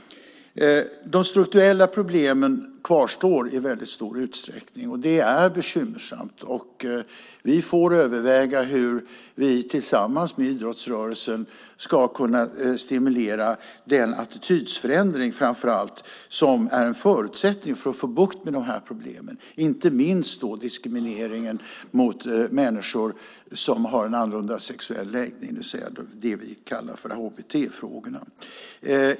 De strukturella problemen kvarstår i väldigt stor utsträckning, och det är bekymmersamt. Vi får överväga hur vi tillsammans med idrottsrörelsen ska kunna stimulera framför allt den attitydförändring som är en förutsättning för att få bukt med dessa problem. Det gäller inte minst diskrimineringen mot människor som har en annorlunda sexuell läggning, det vill säga det vi kallar hbt-frågor.